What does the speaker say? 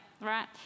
right